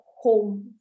home